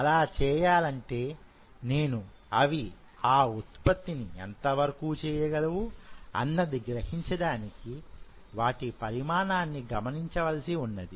అలా చేయాలంటే నేను అవి ఆ ఉత్పత్తిని ఎంతవరకు చేయగలవు అన్నది గ్రహించడానికి వాటి పరిమాణాన్ని గమనించవలసి ఉన్నది